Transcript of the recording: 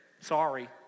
Sorry